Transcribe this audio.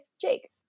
Jake